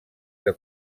que